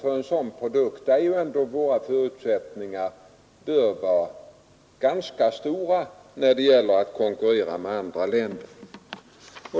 Det gäller en produkt där våra förutsättningar bör vara ganska goda att konkurrera med andra länder.